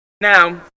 Now